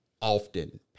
often